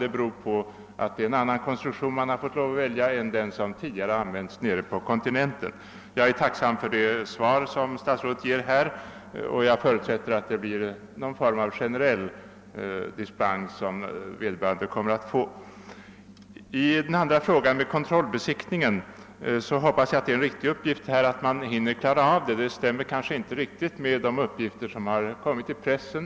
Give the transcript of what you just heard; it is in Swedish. Det beror på att man har fått lov att välja en annan konstruktion än den som tidigare har använts nere på kontinenten. Jag är tacksam för det svar som statsrådet här ger, och jag förutsätter att någon form av generell dispens kommer att ges. Vad beträffar kontrollbesiktningen hoppas jag att det är riktigt att den kommer att hinnas med. Det stämmer kanske inte helt med uppgifter som förekommit i pressen.